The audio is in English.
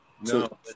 no